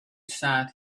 sat